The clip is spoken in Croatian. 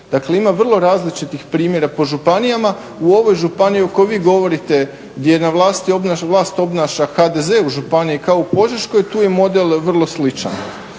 dakle ima vrlo različitih primjera po županijama, u ovoj županiji o kojoj vi govorite gdje vlast obnaša HDZ, u županiji kao u Požeškoj, tu je model vrlo sličan.